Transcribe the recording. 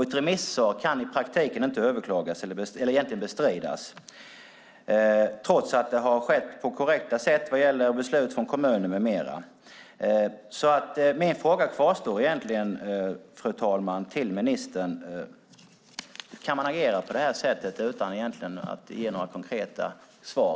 Ett remissvar kan i praktiken egentligen inte bestridas trots korrekt hantering när det gäller beslut från kommunen med mera. Fru talman! Min fråga till ministern kvarstår: Kan man agera på det här sättet utan att egentligen ge några konkreta svar?